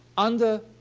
under